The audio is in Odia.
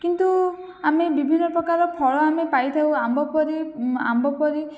କିନ୍ତୁ ଆମେ ବିଭିନ୍ନ ପ୍ରକାର ଫଳ ଆମେ ପାଇଥାଉ ଆମ୍ବ ପରି ଆମ୍ବ ପରି